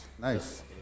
Nice